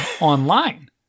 online